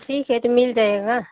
ठीक है तो मिल जाएगा